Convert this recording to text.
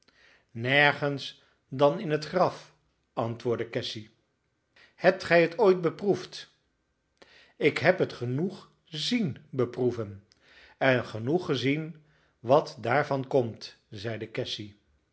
nergens dan in het graf antwoordde cassy hebt gij het ooit beproefd ik heb het genoeg zien beproeven en genoeg gezien wat daarvan komt zeide